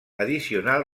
addicional